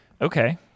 Okay